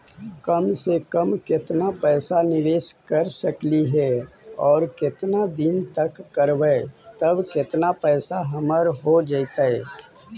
कम से कम केतना पैसा निबेस कर सकली हे और केतना दिन तक करबै तब केतना पैसा हमर हो जइतै?